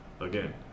again